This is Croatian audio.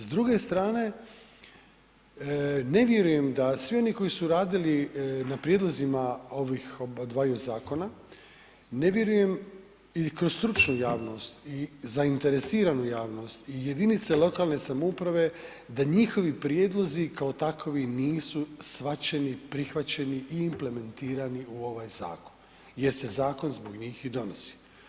S druge strane, ne vjerujem da svi oni koji su radili na prijedlozima ovih dvaju zakona, ne vjerujem i kroz stručnu javnost i zainteresiranu javnost i jedinice lokalne samouprave da njihovi prijedlozi kao takvi nisu shvaćeni, prihvaćeni i implementirani u ovaj zakon jer se zakon zbog njih i donosi.